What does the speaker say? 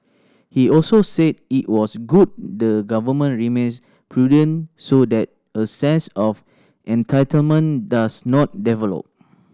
he also said it was good the Government remains prudent so that a sense of entitlement does not develop